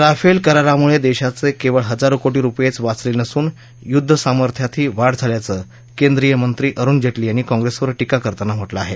Rafale करारामुळे देशाचे केवळ हजारो कोटी रुपयेच वाचले नसून युद्धसामर्थ्यातही वाढ झाल्याचं केंद्रीय मंत्री अरुण जेटली यांनी काँप्रेसवर टीका करताना म्हटलं आहे